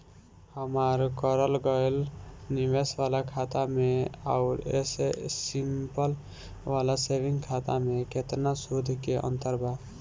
हमार करल गएल निवेश वाला खाता मे आउर ऐसे सिंपल वाला सेविंग खाता मे केतना सूद के अंतर बा?